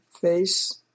face